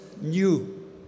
new